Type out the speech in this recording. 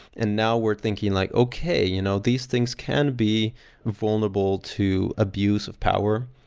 and now were thinking like, okay. you know these things can be vulnerable to abuse of power.